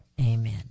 Amen